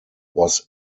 was